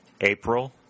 April